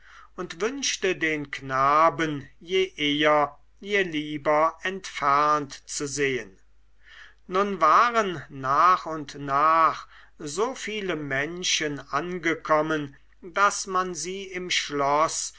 und wünschte den knaben je eher je lieber entfernt zu sehen nun waren nach und nach so viele menschen angekommen daß man sie im schloß